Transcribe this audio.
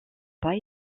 pas